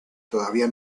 todavía